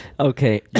Okay